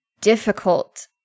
difficult